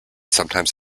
sometimes